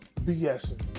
BSing